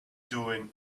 doing